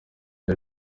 dar